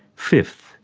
fifth,